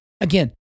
Again